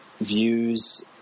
Views